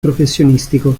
professionistico